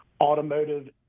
automotive